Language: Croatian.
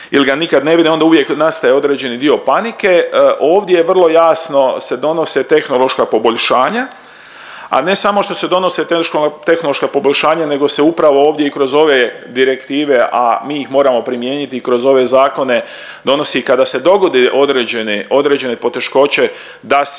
ili ga nikad ne vide onda uvijek nastaje određeni dio panike. Ovdje je vrlo jasno se donose tehnološka poboljšanja, a ne samo što se donose tehnološka poboljšanja nego se upravo ovdje i kroz ove direktive, a mi ih moramo primijeniti kroz ove zakone donosi kada se dogode određene poteškoće da se